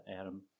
Adam